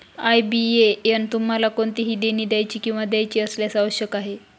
IBAN तुम्हाला कोणतेही देणी द्यायची किंवा घ्यायची असल्यास आवश्यक आहे